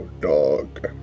dog